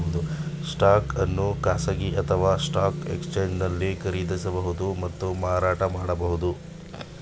stock ಅನ್ನು ಖಾಸಗಿ ಅಥವಾ ಸ್ಟಾಕ್ ಎಕ್ಸ್ಚೇಂಜ್ನಲ್ಲಿ ಖರೀದಿಸಬಹುದು ಮತ್ತು ಮಾರಾಟ ಮಾಡಬಹುದು